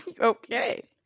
okay